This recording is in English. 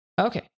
Okay